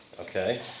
Okay